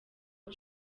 aho